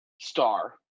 star